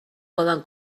poden